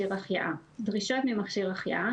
דרישות ממכשיר החייאה